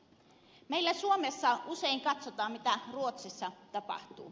meillä suomessa usein katsotaan mitä ruotsissa tapahtuu